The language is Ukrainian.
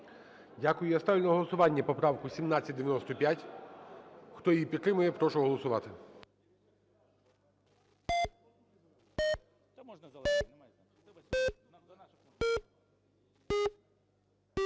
Я ставлю на голосування правку 1829. Хто її підтримує, я прошу голосувати.